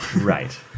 Right